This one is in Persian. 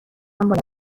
باید